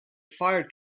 fire